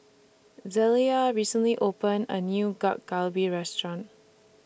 Zelia recently opened A New Gak Galbi Restaurant